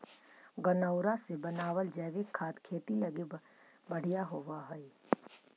गनऔरा से बनाबल जैविक खाद खेती लागी बड़ी बढ़ियाँ होब हई